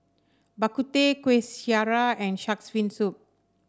Bak Kut Teh Kuih Syara and shark's fin soup